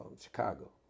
Chicago